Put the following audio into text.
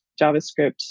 JavaScript